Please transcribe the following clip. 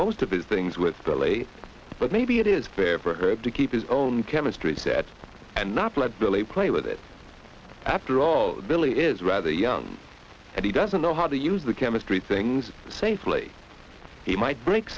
most of his things with the lady but maybe it is fair for her to keep his own chemistry set and not let delay play with it after all billy is rather young and he doesn't know how to use the chemistry things safely he might break